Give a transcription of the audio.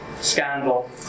scandal